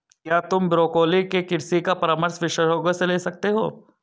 क्या तुम ब्रोकोली के कृषि का परामर्श विशेषज्ञों से ले सकते हो?